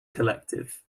collective